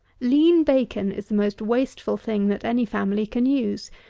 lean bacon is the most wasteful thing that any family can use.